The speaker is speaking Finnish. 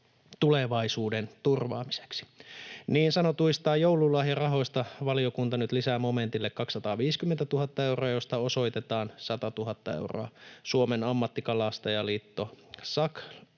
tulevaisuuden turvaamiseksi. Niin sanotuista joululahjarahoista valiokunta nyt lisää momentille 250 000 euroa, josta osoitetaan 100 000 euroa Suomen Ammattikalastajaliitto SAKL ry:lle,